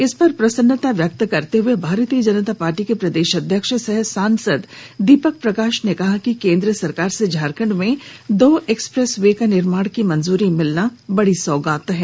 इस पर प्रसन्नता व्यक्त करते हुए भारतीय जनता पार्टी के प्रदेश अध्यक्ष सह सांसद दीपक प्रकाश ने कहा कि केंद्र सरकार से झारखंड में दो एक्सप्रेस वे का निर्माण की मंजूरी मिलना बड़ी सौगात है